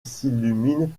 s’illumine